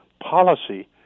policy